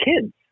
kids